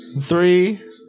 three